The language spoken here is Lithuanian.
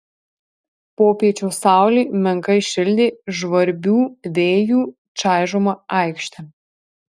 popiečio saulė menkai šildė žvarbių vėjų čaižomą aikštę